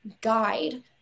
guide